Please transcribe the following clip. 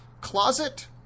closet